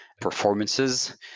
performances